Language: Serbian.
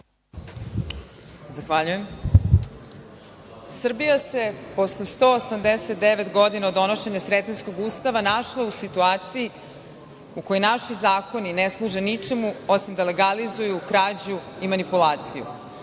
Zahvaljujem. Srbija se posle 189 godina od donošenja Sretenskog ustava našla u situaciji u kojoj naši zakoni ne služe ničemu osim da legalizuju i manipulacije.